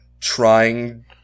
trying